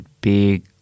big